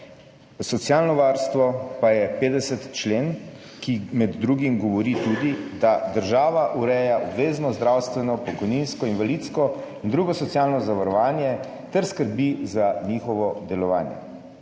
socialno varstvo, pa je 50. člen, ki med drugim govori tudi, da država ureja obvezno zdravstveno, pokojninsko, invalidsko in drugo socialno zavarovanje ter skrbi za njihovo delovanje.